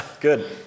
Good